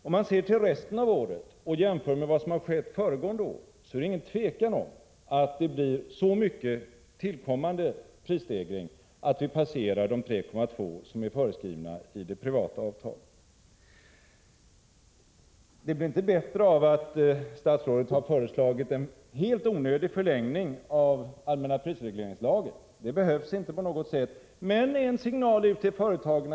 Om man ser till resten av året och jämför med vad som har skett föregående år, är det ingen tvekan om att det blir så mycket tillkommande prisstegring att vi passerar de 3,2 70 som är föreskrivna i det privata avtalet. Det blir inte bättre av att statsrådet har föreslagit en helt onödig förlängning av allmänna prisregleringslagen. Det behövs inte på något sätt men är en signal ut till företagen.